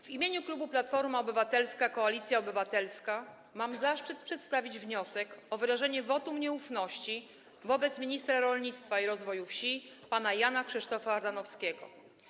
W imieniu klubu Platforma Obywatelska - Koalicja Obywatelska mam zaszczyt przedstawić wniosek o wyrażenie wotum nieufności wobec ministra rolnictwa i rozwoju wsi pana Jana Krzysztofa Ardanowskiego.